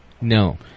No